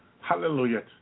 Hallelujah